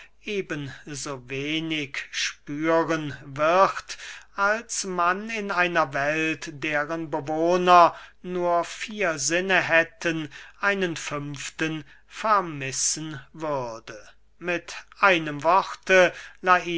so wenig spüren wird als man in einer welt deren bewohner nur vier sinne hätten einen fünften vermissen würde mit einem worte